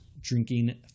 Drinking